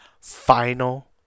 final